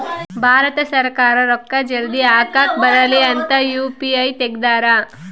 ಭಾರತ ಸರ್ಕಾರ ರೂಕ್ಕ ಜಲ್ದೀ ಹಾಕಕ್ ಬರಲಿ ಅಂತ ಯು.ಪಿ.ಐ ತೆಗ್ದಾರ